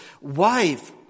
wife